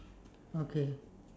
okay